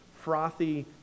frothy